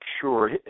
sure